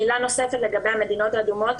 מילה נוספת לגבי המדינות האדומות,